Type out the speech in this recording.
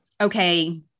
okay